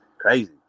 Crazy